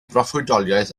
broffwydoliaeth